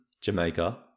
jamaica